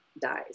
dies